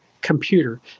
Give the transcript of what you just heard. computer